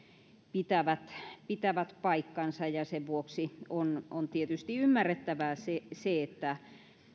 pitävät pitävät paikkansa ja sen vuoksi on on tietysti ymmärrettävää se se että